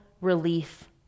relief